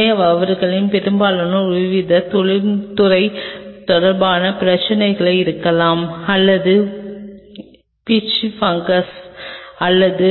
எனவே அவர்களில் பெரும்பாலோர் ஒருவித தொழில்துறை தொடர்பான பிரச்சினையாக இருக்கலாம் அல்லது பூச்சி பங்கஸ் அல்லது